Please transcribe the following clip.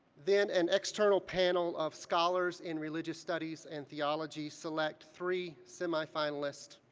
then an external panel of scholars in religious studies and theology select three semi-finalists.